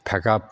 थोड़का